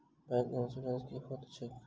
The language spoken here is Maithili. बैंक इन्सुरेंस की होइत छैक?